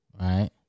right